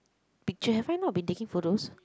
picture have I not been taking photos